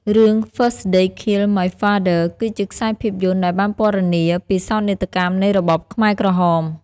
រឿង First They Killed My Father គឺជាខ្សែភាពយន្តដែលបានពណ៌នាពីសោកនាដកម្មនៃរបបខ្មែរក្រហម។